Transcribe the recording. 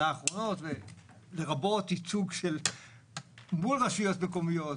האחרונות לרבות ייצוג של רשויות מקומיות,